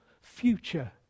future